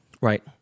Right